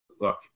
look